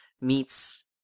meets